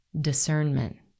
discernment